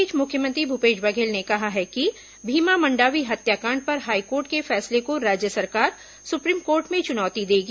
इस बीच मुख्यमंत्री भूपेश बघेल ने कहा है कि भीमा मंडावी हत्याकांड पर हाईकोर्ट के फैसले को राज्य सरकार सुप्रीम कोर्ट में चुनौती देगी